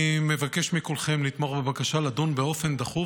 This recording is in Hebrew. אני מבקש מכולכם לתמוך בבקשה לדון באופן דחוף